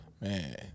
Man